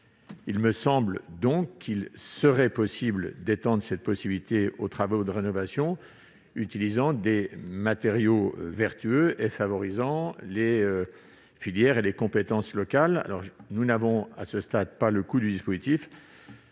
Il me semble donc possible d'étendre cette possibilité aux travaux de rénovation utilisant des matériaux vertueux et favorisant les filières et les compétences locales. Nous ne connaissons pas, à ce stade, le coût du dispositif,